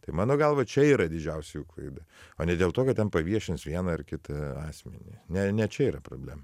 tai mano galva čia yra didžiausia jų klaida o ne dėl to kad ten paviešins vieną ar kitą asmenį ne ne čia yra problema